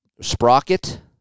sprocket